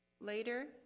Later